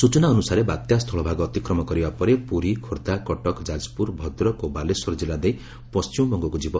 ସ୍ବଚନା ଅନୁସାରେ ବାତ୍ୟା ସ୍ଥଳଭାଗ ଅତିକ୍ରମ କରିବା ପରେ ପୁରୀ ଖୋର୍ଦ୍ଧା କଟକ ଯାଜପୁର ଭଦ୍ରକ ଓ ବାଲେଶ୍ୱର ଜିଲ୍ଲା ଦେଇ ପଶ୍ଚିମବଙ୍ଗକୁ ଯିବ